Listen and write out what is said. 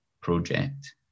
project